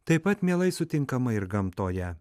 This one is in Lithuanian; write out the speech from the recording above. taip pat mielai sutinkama ir gamtoje